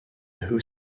who